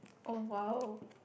oh !wow!